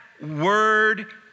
word